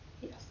Yes